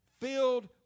filled